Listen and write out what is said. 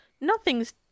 nothing's